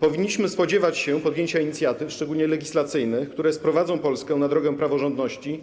Powinniśmy spodziewać się podjęcia inicjatyw, szczególnie legislacyjnych, które sprowadzą Polskę na drogę praworządności,